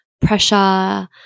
pressure